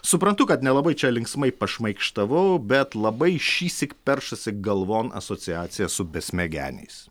suprantu kad nelabai čia linksmai pašmaikštavau bet labai šįsyk peršasi galvon asociacija su besmegeniais